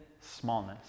smallness